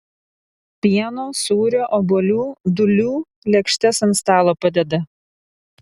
pieno sūrio obuolių dūlių lėkštes ant stalo padeda